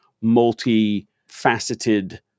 multi-faceted